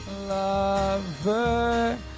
lover